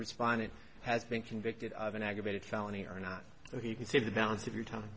respondent has been convicted of an aggravated felony or not so he can see the balance of your time